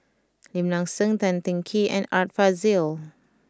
Lim Nang Seng Tan Teng Kee and Art Fazil